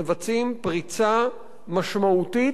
מבצעים פריצה משמעותית,